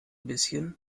bisschen